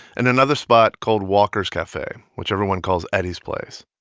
and another spot called walker's cafe, which everyone calls eddie's place.